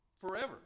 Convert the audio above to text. forever